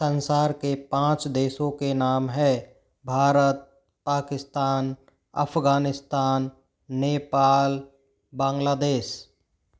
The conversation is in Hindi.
संसार के पाँच देशों के नाम है भारत पाकिस्तान अफ़ग़ानिस्तान नेपाल बांग्लादेश